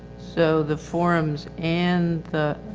so the forums and the.